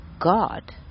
God